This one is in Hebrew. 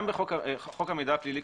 חוק המידע הפלילי,